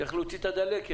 צריך לרפא את הדלקת